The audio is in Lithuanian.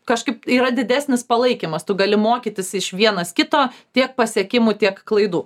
kažkaip yra didesnis palaikymas tu gali mokytis iš vienas kito tiek pasiekimų tiek klaidų